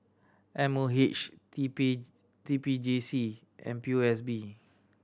M O H T P T P J C and P O S B